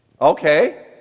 Okay